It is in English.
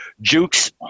jukes